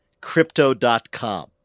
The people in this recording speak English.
Crypto.com